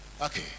okay